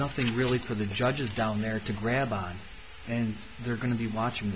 nothing really for the judges down there to grab on and they're going to be watching